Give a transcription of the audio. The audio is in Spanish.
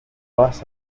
vas